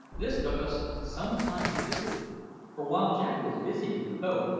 this took us some time to do for, while jack was busy with the boat,